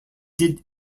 did